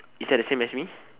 is that the same as me